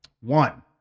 One